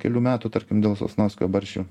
kelių metų tarkim dėl sosnovskio barščių